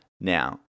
Now